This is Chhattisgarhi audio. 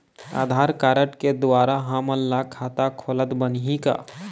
आधार कारड के द्वारा हमन ला खाता खोलत बनही का?